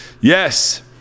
Yes